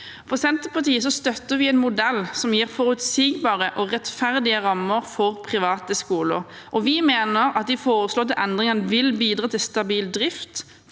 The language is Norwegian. Senterpartiet støtter en modell som gir forutsigbare og rettferdige rammer for private skoler, og vi mener at de foreslåtte endringene vil bidra til stabil drift,